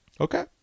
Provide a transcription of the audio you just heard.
Okay